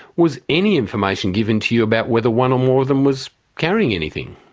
was any information given to you about whether one or more of them was carrying anything?